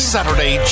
Saturday